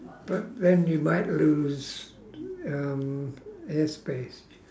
but then you might lose um air space